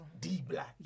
D-Black